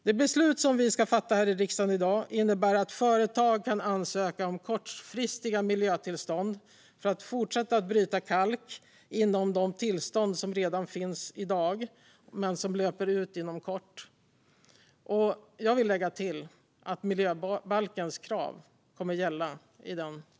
Det beslut som vi ska fatta här i riksdagen i dag innebär att företag kan ansöka om kortfristiga miljötillstånd för att fortsätta bryta kalk inom de tillstånd som redan finns i dag men som löper ut inom kort. Jag vill lägga till att miljöbalkens krav kommer att gälla vid den prövningen.